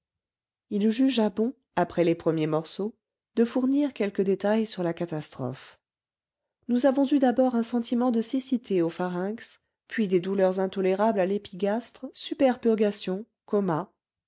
il jugea bon après les premiers morceaux de fournir quelques détails sur la catastrophe nous avons eu d'abord un sentiment de siccité au pharynx puis des douleurs intolérables à l'épigastre superpurgation coma